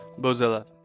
Bozella